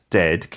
dead